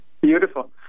Beautiful